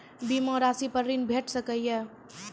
बीमा रासि पर ॠण भेट सकै ये?